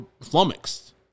flummoxed